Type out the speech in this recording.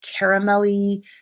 caramelly